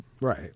Right